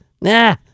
Nah